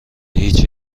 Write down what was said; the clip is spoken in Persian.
هیچی